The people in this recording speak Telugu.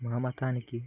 మా మతానికి